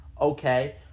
okay